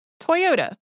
Toyota